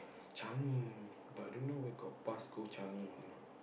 Changi but don't know where got bus go Changi or not